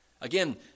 Again